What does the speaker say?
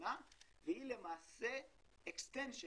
הראשונה והיא למעשה הארכה